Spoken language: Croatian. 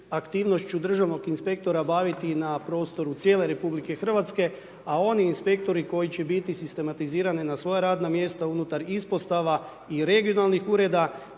aktivnošću državnog inspektora baviti na prostoru cijele RH a oni inspektori koji će biti sistematizirani na svoja radna mjesta unutar ispostava i regionalnih ureda,